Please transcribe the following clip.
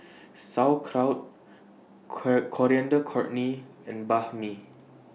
Sauerkraut Coriander Chutney and Banh MI